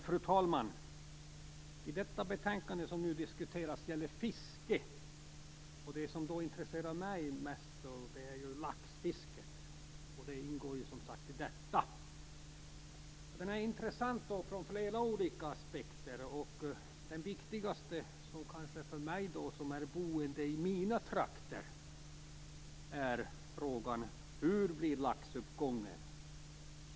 Fru talman! Det betänkande som nu diskuteras gäller fiske. Det som intresserar mig mest är laxfisket, och det ingår som sagt i detta. Laxfisket är intressant från flera olika aspekter. Den kanske viktigaste för mig och för de boende i mina trakter är: Hur blir laxuppgången?